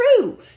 true